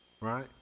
right